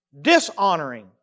Dishonoring